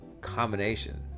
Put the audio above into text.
combination